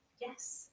Yes